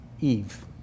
Eve